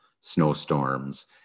snowstorms